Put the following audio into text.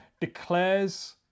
declares